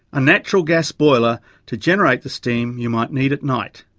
a natural gas boiler to generate the steam you might need at night.